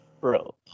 Bro